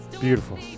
Beautiful